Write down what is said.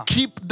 Keep